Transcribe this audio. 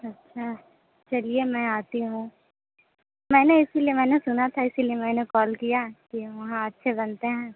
अच्छा चलिए मैं आती हूँ मैंने इसी लिए मैंने सुना था इसी लिए मैंने कॉल किया कि वहाँ अच्छे बनते हैं